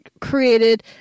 created